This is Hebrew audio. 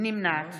נמנעת